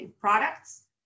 products